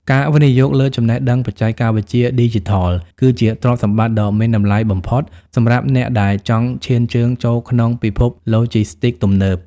ការវិនិយោគលើចំណេះដឹងបច្ចេកវិទ្យាឌីជីថល គឺជាទ្រព្យសម្បត្តិដ៏មានតម្លៃបំផុតសម្រាប់អ្នកដែលចង់ឈានជើងចូលក្នុងពិភពឡូជីស្ទីកទំនើប។